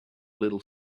little